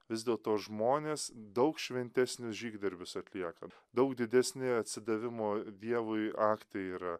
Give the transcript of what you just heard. vis dėl to žmonės daug šventesnius žygdarbius atlieka daug didesni atsidavimo dievui akte yra